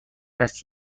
است